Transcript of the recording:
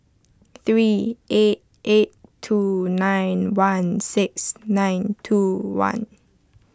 three eight eight two nine one six nine two one